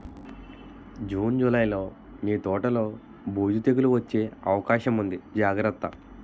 June, జూలైలో నీ తోటలో బూజు, తెగులూ వచ్చే అవకాశముంది జాగ్రత్త